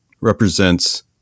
represents